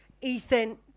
Ethan